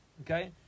Okay